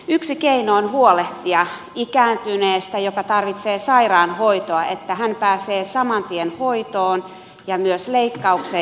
yksi keino on huolehtia ikääntyneestä joka tarvitsee sairaanhoitoa että hän pääsee saman tien hoitoon ja myös leikkaukseen ja kuntoutukseen